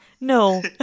No